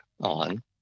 on